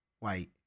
wait